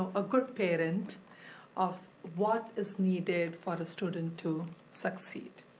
a good parent of what is needed for a student to succeed.